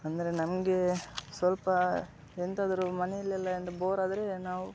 ಅಂದರೆ ನಮಗೆ ಸ್ವಲ್ಪ ಎಂಥಾದ್ರೂ ಮನೆಯಲ್ಲೆಲ್ಲ ಎಂಥ ಬೋರ್ ಆದರೆ ನಾವು